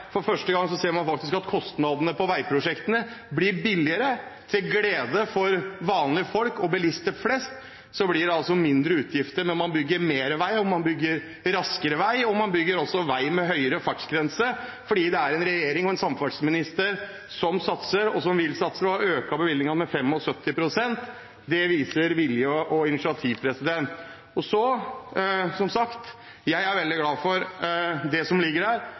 For første gang ser man faktisk at kostnadene på veiprosjektene blir lavere – til glede for vanlige folk og bilister flest blir det lavere utgifter når man bygger mer vei, raskere og med høyere fartsgrense, fordi det er en regjering og en samferdselsminister som satser, som vil satse og har økt bevilgningene med 75 pst. Det viser vilje og initiativ. Som sagt: Jeg er veldig glad for det som ligger der, og den stemningen som de rød-grønne har her, er definitivt ikke den jeg oppfatter hos folk der